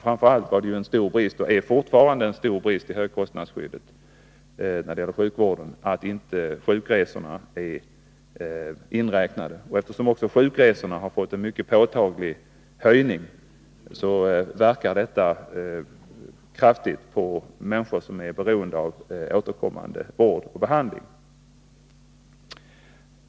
Framför allt fanns det och finns fortfarande en stor brist i högkostnadsskyddet inom sjukvården, nämligen att sjukresorna inte är inräknade. Eftersom kostnaden för sjukresorna höjts mycket påtagligt, påverkar detta kraftigt förhållandena för människor som är beroende av återkommande vård och behandling.